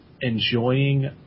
enjoying